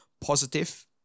positive